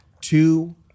two